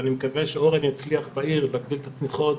ואני מקווה שאורן יצליח בעיר להגדיל את התמיכות,